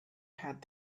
had